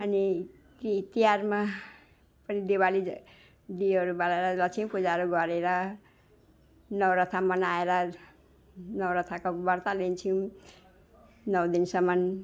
अनि ति तिहारमा अनि दिवालीमा दियोहरू बालेर गर्छौँ पूजाहरू गरेर नवरथा मनाएर नवरथाका व्रत लिन्छौँ नौ दिनसम्म